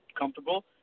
comfortable